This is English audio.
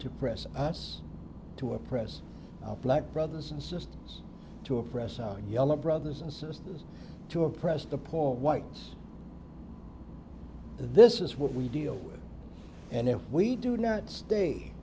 to press us to oppress black brothers and sisters to oppress our yellow brothers and sisters to oppress the poor whites this is what we deal with and if we do not stay